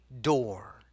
door